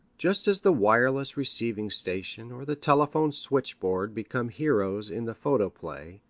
just as the wireless receiving station or the telephone switchboard become heroes in the photoplay,